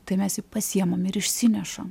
tai mes jį pasiimam ir išsinešam